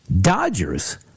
Dodgers